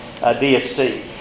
DFC